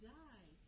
die